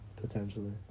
potentially